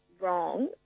wrong